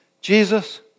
Jesus